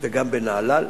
וגם בנהלל,